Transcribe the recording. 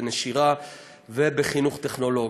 בנשירה ובחינוך טכנולוגי.